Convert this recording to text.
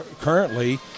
currently